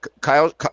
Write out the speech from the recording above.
Kyle